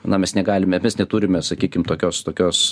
na mes negalime mes neturime sakykim tokios tokios